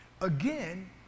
Again